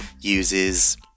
uses